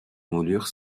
moulures